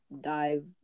dive